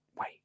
wait